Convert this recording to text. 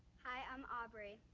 hi, i'm aubrey.